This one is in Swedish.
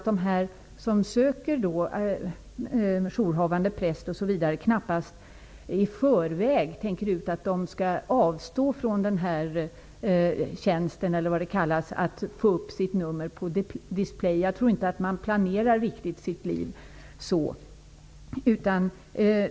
De som söker jourhavande präst osv. tänker knappast ut i förväg att de skall avstå från tjänsten att få upp sitt nummer på displayen. Jag tror inte att man planerar sitt liv så.